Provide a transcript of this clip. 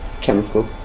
chemical